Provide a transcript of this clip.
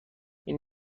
این